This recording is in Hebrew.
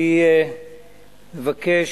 רבותי,